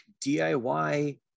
DIY